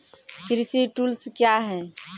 कृषि टुल्स क्या हैं?